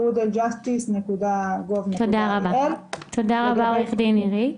תודה רבה עו"ד עירית.